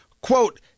quote